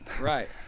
right